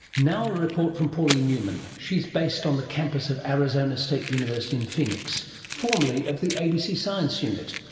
now a report from pauline newman. she's based on the campus of arizona state university in phoenix, formally of the abc science unit,